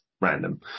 random